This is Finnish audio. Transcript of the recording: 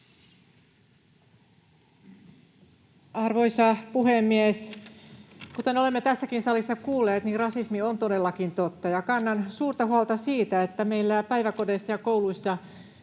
Arvoisa puhemies! Kuten olemme tässäkin salissa kuulleet, rasismi on todellakin totta, ja kannan suurta huolta siitä, että meillä päiväkodeissa ja kouluissa